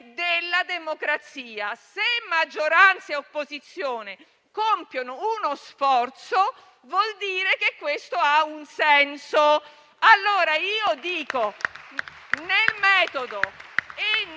della democrazia. Se maggioranza e opposizione compiono uno sforzo, vuol dire che questo ha un senso. Allora, nel metodo e nel